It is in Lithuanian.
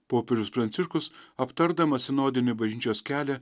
popiežius pranciškus aptardamas sinodinį bažnyčios kelią